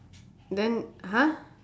then !huh!